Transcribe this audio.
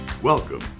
Welcome